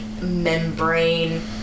membrane